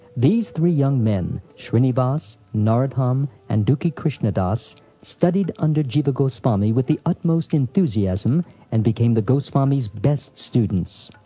these three young men shrinivas, narottam, and dukhi krishnadas studied under jiva goswami with the utmost enthusiam and became the goswami's best students.